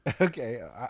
Okay